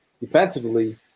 defensively